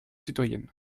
citoyennes